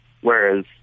Whereas